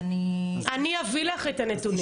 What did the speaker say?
אני אביא לך את הנתונים.